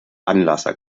anlasser